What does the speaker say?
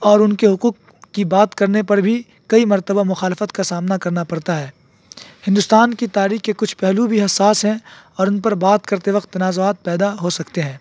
اور ان کے حقوق کی بات کرنے پر بھی کئی مرتبہ مخالفت کا سامنا کرنا پڑتا ہے ہندوستان کی تاریخ کے کچھ پہلو بھی حساس ہیں اور ان پر بات کرتے وقت تنازعات پیدا ہو سکتے ہیں